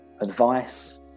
advice